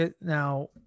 now